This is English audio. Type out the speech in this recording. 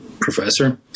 professor